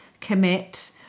commit